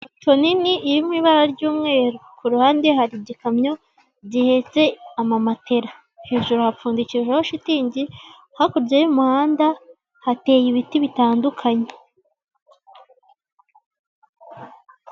Inzu nini iri mu ibara ry'umweru kuruhande hari igikamyo gihetse amamatera, hajuru hapfundikijeho shitingi hakurya y'umuhanda hateye ibiti bitandukanye.